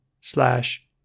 slash